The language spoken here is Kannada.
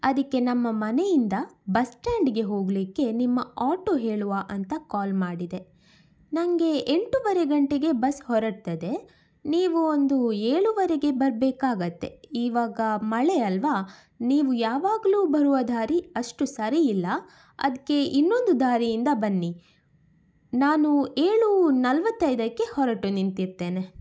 ಅದಕ್ಕೆ ನಮ್ಮ ಮನೆಯಿಂದ ಬಸ್ಟ್ಯಾಂಡಿಗೆ ಹೋಗಲಿಕ್ಕೆ ನಿಮ್ಮ ಆಟೋ ಹೇಳುವ ಅಂತ ಕಾಲ್ ಮಾಡಿದೆ ನನಗೆ ಎಂಟುವರೆ ಗಂಟೆಗೆ ಬಸ್ ಹೊರಡ್ತದೆ ನೀವು ಒಂದು ಏಳುವರೆಗೆ ಬರಬೇಕಾಗತ್ತೆ ಈವಾಗ ಮಳೆ ಅಲ್ವಾ ನೀವು ಯಾವಾಗಲೂ ಬರುವ ದಾರಿ ಅಷ್ಟು ಸರಿ ಇಲ್ಲ ಅದಕ್ಕೆ ಇನ್ನೊಂದು ದಾರಿಯಿಂದ ಬನ್ನಿ ನಾನು ಏಳು ನಲವತ್ತೈದಕ್ಕೆ ಹೊರಟು ನಿಂತಿರ್ತೇನೆ